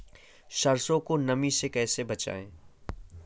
सरसो को नमी से कैसे बचाएं?